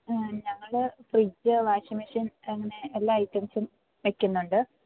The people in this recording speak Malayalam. ഞങ്ങൾ ഫ്രിഡ്ജ് വാഷിംഗ് മെഷീൻ അങ്ങനെ എല്ലാ ഐറ്റംസും വെക്കുന്നുണ്ട്